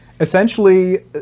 Essentially